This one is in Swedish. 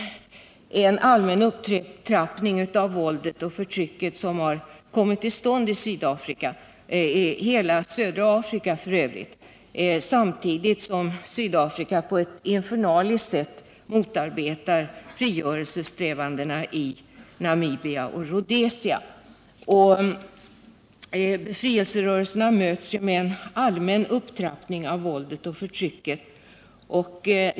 En allmän upptrappning av våldet och förtrycket har kommit till stånd i Sydafrika, i hela södra Afrika f. ö., samtidigt som Sydafrika på ett infernaliskt sätt motarbetar frigörelsesträvandena i Namibia och Rhodesia. Befrielserörelserna möts ju med en allmän upptrappning av våldet och förtrycket.